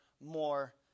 more